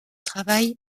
travail